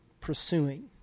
pursuing